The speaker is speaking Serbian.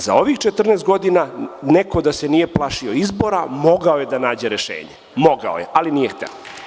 Za ovih 14 godina neko da se nije plašio izbora, mogao je da nađe rešenje, mogao je, ali nije hteo.